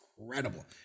incredible